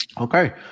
Okay